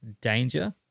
danger